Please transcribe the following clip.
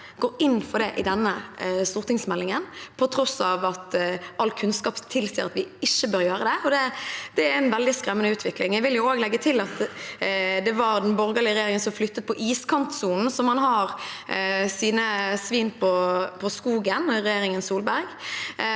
går inn for det i denne stortingsmeldingen, til tross for at all kunnskap tilsier at vi ikke bør gjøre det. Det er en veldig skremmende utvikling. Jeg vil også legge til at det var den borgerlige regjeringen som flyttet på iskantsonen, så man har sine svin på skogen med regjeringen Solberg,